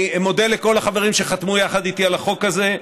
אני מודה לכל החברים שחתמו יחד איתי על החוק הזה,